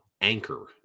Anchor